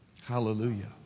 Hallelujah